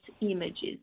images